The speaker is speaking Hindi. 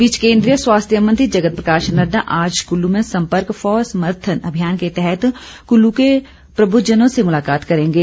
इस बीच केन्द्रीय स्वास्थ्य मंत्री जगत प्रकाश नड्डा आज कुल्लु में सम्पर्क फॉर समर्थन अभियान के तहत कुल्लु के प्रबूधजनों से मुलाकात करेंगे